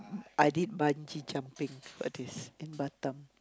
I did bungee jumping for this in Batam